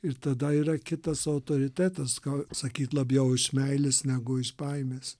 ir tada yra kitas autoritetas ką sakyt labiau iš meilės negu iš baimės